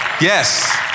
Yes